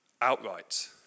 outright